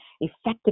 effective